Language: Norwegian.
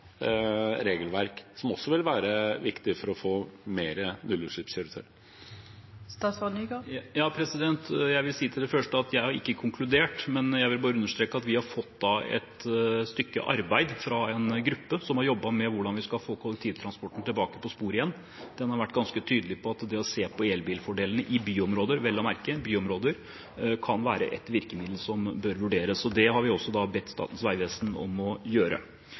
regelverk, som også vil være viktig for å få flere nullutslippskjøretøy? Jeg vil si til det første at jeg har ikke konkludert, men jeg vil bare understreke at vi har fått et stykke arbeid fra en gruppe som har jobbet med hvordan vi skal få kollektivtransporten tilbake på sporet igjen. Den har vært ganske tydelig på at det å se på elbilfordelene i byområder, vel å merke i byområder, kan være et virkemiddel som bør vurderes, og det har vi også bedt Statens vegvesen om å gjøre.